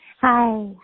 Hi